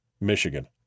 Michigan